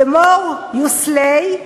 The more you slay,